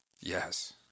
Yes